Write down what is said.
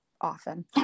often